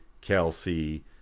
Kelsey